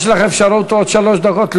יש לך אפשרות עוד שלוש דקות.